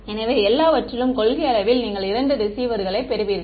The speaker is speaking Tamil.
எனவே எல்லாவற்றிலும் கொள்கையளவில் நீங்கள் இரண்டு ரிசீவர்களை பெறுவீர்கள்